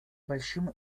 большим